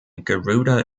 garuda